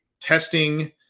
testing